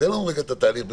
תן לנו את התהליך בקצרה.